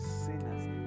sinners